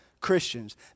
Christians